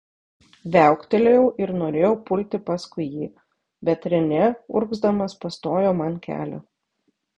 viauktelėjau ir norėjau pulti paskui jį bet renė urgzdamas pastojo man kelią